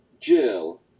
Jill